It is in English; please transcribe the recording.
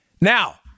Now